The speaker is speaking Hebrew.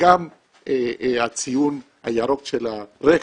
וגם הציון הירוק של הרכב,